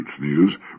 news